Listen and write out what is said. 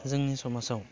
जोंनि समाजाव